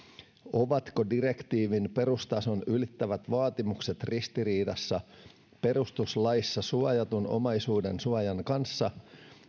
ovatko direktiivin perustason ylittävät vaatimukset ristiriidassa perustuslaissa suojatun omaisuuden suojan kanssa